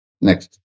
Next